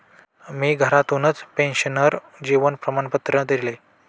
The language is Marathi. मी घरातूनच पेन्शनर जीवन प्रमाणपत्र दिले